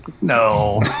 No